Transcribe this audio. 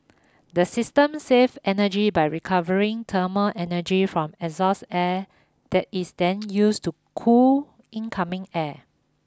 the system save energy by recovering thermal energy from exhaust air that is then used to cool incoming air